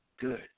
good